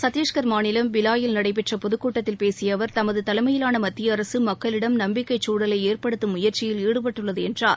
சத்தீஸ்கர் மாநிலம் பிலாயில் நடைபெற்ற பொதுக் கூட்டத்தில் பேசிய அவர் தமது தலைமையிலான மத்திய அரசு மக்களிடம் நம்பிக்கைச் குழலை ஏற்படுத்தும் முயற்சியில் ஈடுபட்டுள்ளது என்றார்